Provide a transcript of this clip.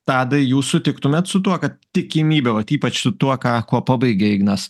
tadai jūs sutiktumėt su tuo kad tikimybė vat ypač su tuo ką kuo pabaigė ignas